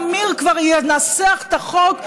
אמיר כבר ינסח את החוק,